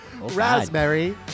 Raspberry